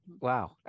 Wow